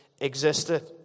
existed